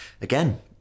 again